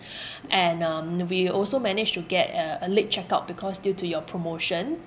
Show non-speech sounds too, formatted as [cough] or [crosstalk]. [breath] and um we also managed to get a a late check out because due to your promotion